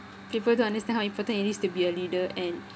people don't understand how important it is to be a leader and